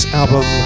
album